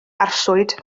arswyd